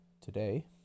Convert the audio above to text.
today